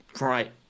Right